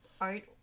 art